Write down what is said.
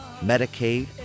Medicaid